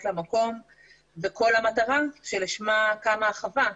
למקום וזו כל המטרה שלשמה קמה החווה.